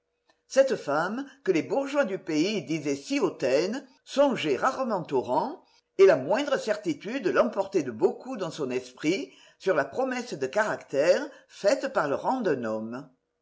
cette femme que les bourgeois du pays disaient si hautaine songeait rarement au rang et la moindre certitude l'emportait de beaucoup dans son esprit sur la promesse de caractère faite par le rang d'un homme